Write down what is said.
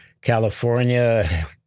California